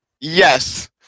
Yes